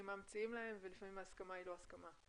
מה מציעים להם ולפעמים ההסכמה היא לא הסכמה.